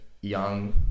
young